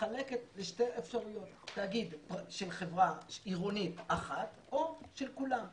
מתחלקת לשתי אפשרויות: תאגיד של חברה עירונית אחת או של כולם.